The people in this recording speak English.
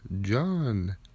John